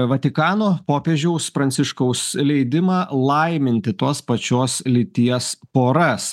vatikano popiežiaus pranciškaus leidimą laiminti tos pačios lyties poras